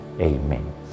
amen